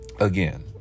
Again